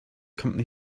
company